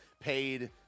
paid